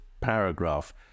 paragraph